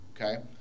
okay